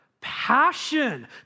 passion